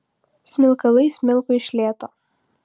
smilkalai smilko iš lėto